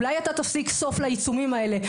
אולי אתה תשים סוף לעיצומים האלה.